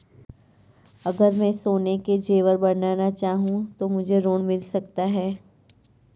अगर मैं सोने के ज़ेवर बनाना चाहूं तो मुझे ऋण मिल सकता है?